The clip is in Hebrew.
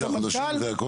תשעה חודשים, זה הכל.